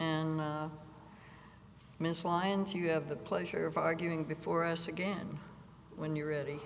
and miss lyons you have the pleasure of arguing before us again when you're ready